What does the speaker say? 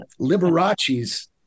Liberace's